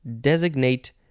designate